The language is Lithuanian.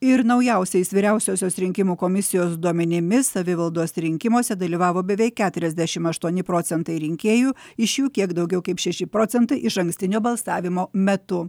ir naujausiais vyriausiosios rinkimų komisijos duomenimis savivaldos rinkimuose dalyvavo beveik keturiasdešimt aštuoni procntai rinkėjų iš jų kiek daugiau kaip šeši procentai išankstinio balsavimo metu